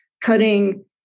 cutting